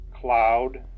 cloud